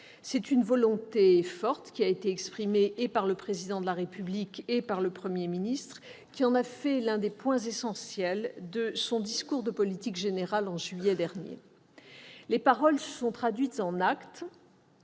C'est une volonté forte qui a été exprimée par le Président de la République et par le Premier ministre, qui en a fait l'un des points essentiels de son discours de politique générale en juillet dernier. Les paroles se sont traduites en actes